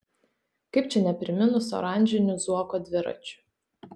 kaip čia nepriminus oranžinių zuoko dviračių